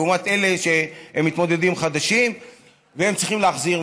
לעומת אלה שהם מתמודדים חדשים וצריכים להחזיר.